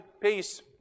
peace